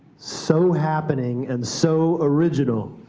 so happening, and so original,